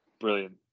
brilliant